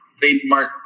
Trademark